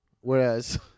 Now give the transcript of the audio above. Whereas